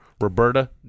Roberta